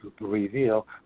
reveal